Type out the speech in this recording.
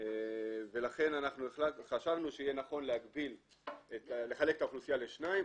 ולכן חשבנו שיהיה נכון לחלק את האוכלוסייה לשניים,